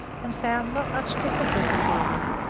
and found not much difficulty therein,